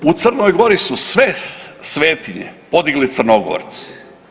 U Crnoj Gori su sve svetinje podigli Crnogorci.